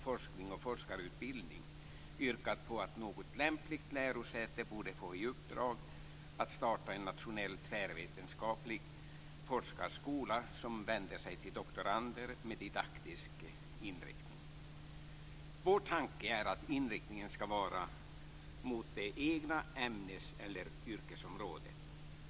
Forskning och forskarutbildning, yrkat på att något lämpligt lärosäte borde få i uppdrag att starta en nationell tvärvetenskaplig forskarskola som vänder sig till doktorander med didaktisk inriktning. Vår tanke är att man skall inrikta sig mot det egna ämnes eller yrkesområdet.